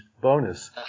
bonus